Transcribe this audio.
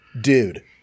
dude